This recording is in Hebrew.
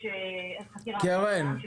שיש חקירה בעניינם.